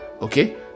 okay